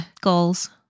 Goals